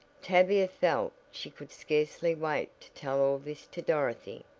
tavia felt she could scarcely wait to tell all this to dorothy,